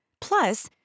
Plus